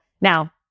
now